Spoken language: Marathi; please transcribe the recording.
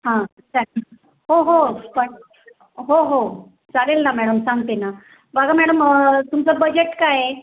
हां चालेल हो हो पण हो हो चालेल ना मॅडम सांगते ना बघा मॅडम तुमचं बजेट काय आहे